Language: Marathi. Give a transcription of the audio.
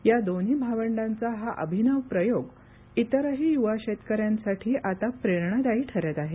या दोन्ही भावंडाचा हा अभिनव प्रयोग इतरही युवा शेतकऱ्यांसाठी आता प्रेरणादायी ठरत आहे